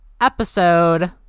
episode